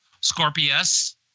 Scorpius